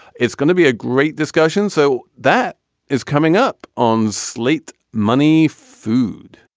it's going to be a great discussion. so that is coming up on slate money, food